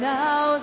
now